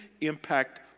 impact